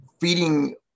feeding